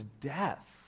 death